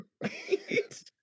Right